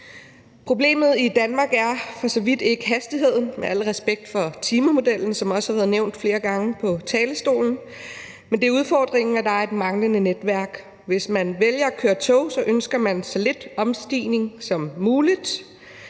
Problemet i Danmark er for så vidt ikke hastigheden – med al respekt for timemodellen, som også har været nævnt flere gange på talerstolen – men udfordringen er, at der er et manglende netværk. Hvis man vælger at køre tog, ønsker man så få omstigninger som muligt.